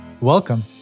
Welcome